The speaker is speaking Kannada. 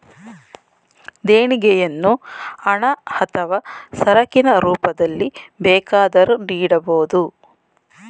ದೇಣಿಗೆಯನ್ನು ಹಣ ಅಥವಾ ಸರಕಿನ ರೂಪದಲ್ಲಿ ಬೇಕಾದರೂ ನೀಡಬೋದು